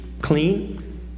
Clean